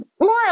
more